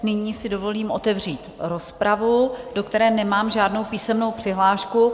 Nyní si dovolím otevřít rozpravu, do které nemám žádnou písemnou přihlášku.